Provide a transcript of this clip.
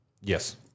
Yes